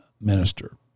minister